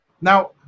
Now